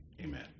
amen